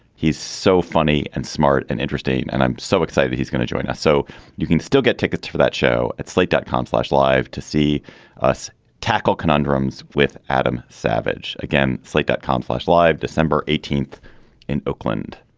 he's so funny and smart and interesting and i'm so excited he's going to join us so you can still get tickets for that show at slate dot com slash live to see us tackle conundrums with adam savage again. slate dot com flash live december eighteenth in oakland